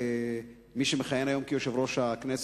מי שמכהן היום כיושב-ראש הכנסת,